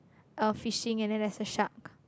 uh fishing and then there's a shark